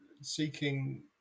seeking